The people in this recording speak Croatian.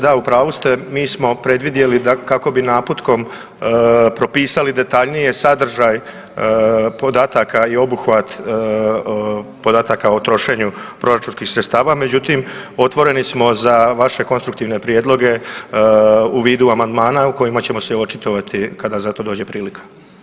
Da u pravu ste, mi smo predvidjeli kako bi naputkom propisali detaljnije sadržaj podataka i obuhvat podataka o trošenju proračunskih sredstava, međutim otvoreni smo za vaše konstruktivne prijedloge u vidu amandmana u kojima ćemo se očitovati kada za to dođe prilika.